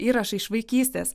įrašai iš vaikystės